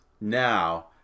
now